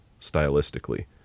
stylistically